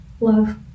Love